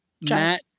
Matt